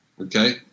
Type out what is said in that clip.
okay